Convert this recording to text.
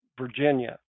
Virginia